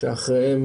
בעצם